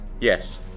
Yes